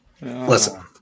Listen